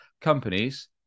companies